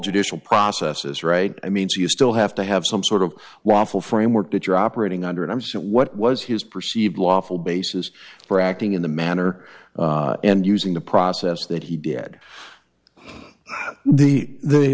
judicial processes right i mean so you still have to have some sort of lawful framework that you're operating under and i'm set what was his perceived lawful basis for acting in the manner and using the process that he did the the